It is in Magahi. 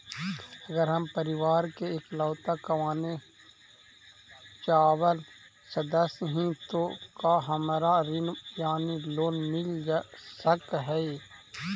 अगर हम परिवार के इकलौता कमाने चावल सदस्य ही तो का हमरा ऋण यानी लोन मिल सक हई?